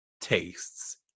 tastes